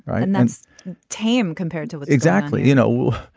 right. and that's tame compared to what exactly you know.